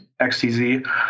XTZ